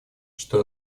что